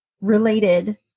related